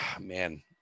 man